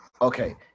okay